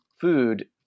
food